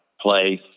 place